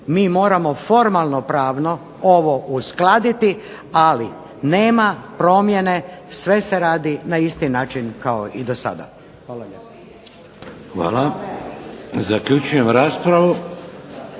mi moramo formalno pravno ovo uskladiti, ali nema promjene, sve se radi na isti način kao i do sada. Hvala